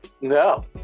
No